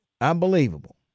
Unbelievable